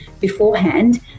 beforehand